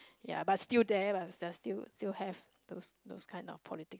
ya but still there lah there still still have those those kind of politic